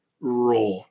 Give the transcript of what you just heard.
raw